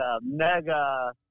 mega